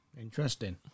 interesting